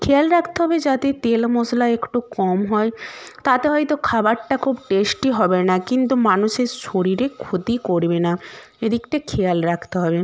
খেয়াল রাখতে হবে যাতে তেল মশলা একটু কম হয় তাতে হয়তো খাবারটা খুব টেস্টি হবে না কিন্তু মানুষের শরীরে ক্ষতি করবে না এদিকটা খেয়াল রাখতে হবে